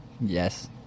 Yes